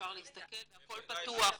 אפשר להסתכל והכל פתוח.